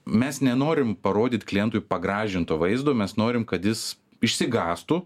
mes nenorim parodyt klientui pagražinto vaizdo mes norim kad jis išsigąstų